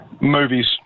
Movies